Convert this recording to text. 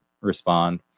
respond